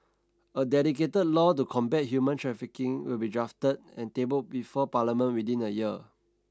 a dedicated law to combat human trafficking will be drafted and tabled before Parliament within a year